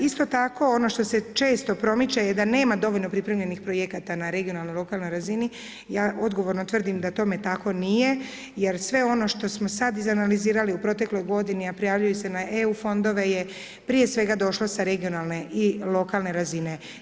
Isto tako ono što se često promiče da nema dovoljno pripremljenih projekata na regionalnoj lokalnoj razini, ja odgovorno tvrdim da tome tako nije jer sve ono što smo sad izanalizirali u protekloj godini a prijavljuju se na EU fondove je prije svega došlo sa regionalne i lokalne razine.